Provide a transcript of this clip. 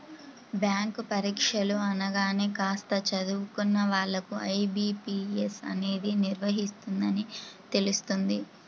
bank పరీక్షలు అనగానే కాస్త చదువుకున్న వాళ్ళకు ఐ.బీ.పీ.ఎస్ అనేది నిర్వహిస్తుందని తెలుస్తుంది